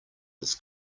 this